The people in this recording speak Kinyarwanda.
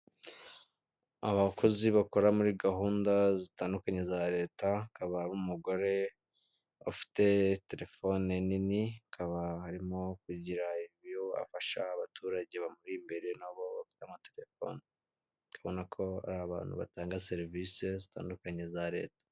Abakozi bakora muri gahunda zitandukanye za leta hakaba n'umugore ufite telefone nini, akaba arimo kugira ibyo afasha abaturage bamuri imbere nabo bafite amaterefoni, ukabona ko ari abantu batanga serivisi zitandukanye za leta.